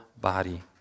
body